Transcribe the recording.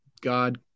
God